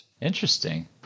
Interesting